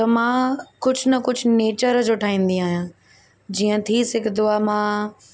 त मां कुझु न कुझु नेचर जो ठाहींदी आहियां जीअं थी सघंदो आहे मां